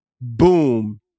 Boom